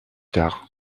tard